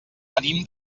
venim